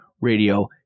radio